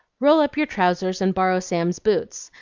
roll up your trousers and borrow sam's boots.